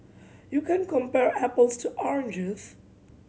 you can't compare apples to oranges